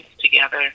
together